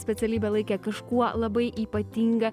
specialybę laikė kažkuo labai ypatinga